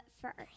first